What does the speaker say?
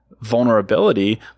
vulnerability